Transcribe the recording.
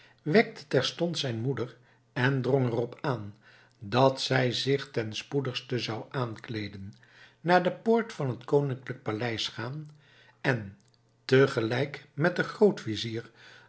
wekte terstond zijn moeder en drong er op aan dat zij zich ten spoedigste zou aankleeden naar de poort van het koninklijk paleis gaan en tegelijk met den